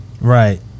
Right